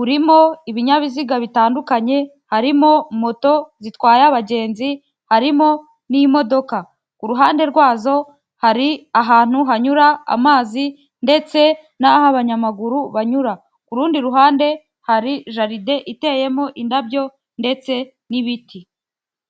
urimo ibinyabiziga bitandukanye harimo moto zitwaye abagenzi, harimo n'imodoka. Kuhande rwazo hari ahantu hanyura amazi ndetse n'aho' abanyamaguru banyura, ku rundi ruhande hari jalide iteyemo indabyo ndetse n'ibiti.